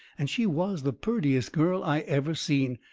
and she was the purtiest girl i ever seen.